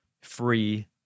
free